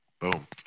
Boom